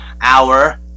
hour